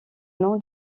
nom